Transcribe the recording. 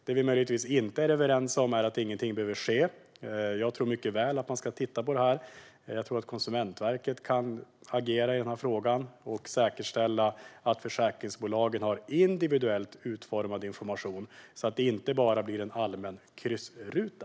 Det vi möjligtvis inte är överens om är att ingenting behöver göras. Jag tror att man ska titta på det här, och jag tror mycket väl att Konsumentverket kan agera i frågan och säkerställa att försäkringsbolagen har en individuellt utformad information och inte bara en allmän kryssruta.